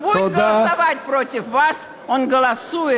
(אומרת דברים בשפה הרוסית.) תודה.